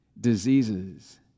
diseases